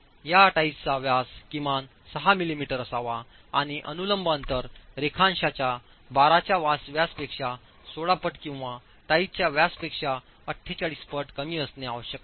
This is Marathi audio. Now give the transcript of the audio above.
या टाईजचा व्यास किमान 6 मिलिमीटर असावा आणि अनुलंब अंतर रेखांशाच्या बाराच्या व्यासापेक्षा 16 पट किंवा टाईजच्या व्यासापेक्षा 48 पट कमी असणे आवश्यक आहे